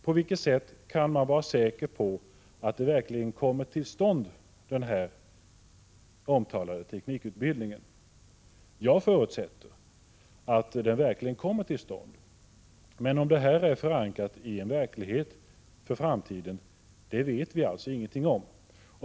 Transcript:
Hur kan man vara säker på att den omtalade teknikutbildningen verkligen kommer till stånd? Jag förutsätter att den kommer till stånd, men om detta beslut är förankrat i en verklighet för framtiden vet vi ingenting om.